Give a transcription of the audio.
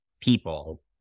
people